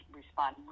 respond